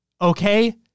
okay